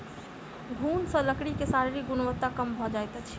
घुन सॅ लकड़ी के शारीरिक गुणवत्ता कम भ जाइत अछि